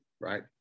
right